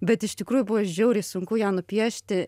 bet iš tikrųjų buvo žiauriai sunku ją nupiešti